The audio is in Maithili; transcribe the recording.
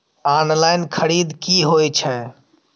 ऑनलाईन खरीद की होए छै?